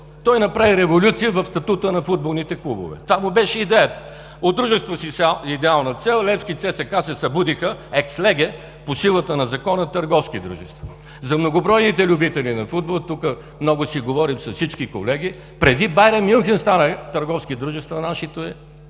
Той направи революция в статута на футболните клубове. Това му беше идеята – от дружество с идеална цел „Левски“ и ЦСКА се събудиха екс леге, по силата на закона, търговски дружества. За многобройните любители на футбола, тук много си говорим с всички колеги, преди „Байерн“-Мюнхен станаха търговски дружества наши водещи